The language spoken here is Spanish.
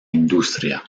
industria